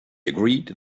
agreed